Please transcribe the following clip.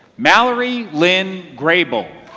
mallory lynn grable